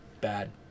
Bad